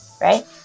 right